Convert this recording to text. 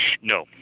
No